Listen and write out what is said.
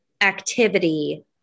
activity